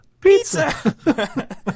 Pizza